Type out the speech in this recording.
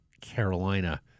Carolina